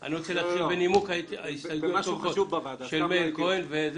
אני רוצה להתחיל בנימוק ההסתייגויות של עפר שלח ומאיר כהן,